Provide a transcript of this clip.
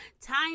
Time